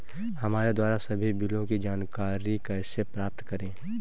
हमारे द्वारा सभी बिलों की जानकारी कैसे प्राप्त करें?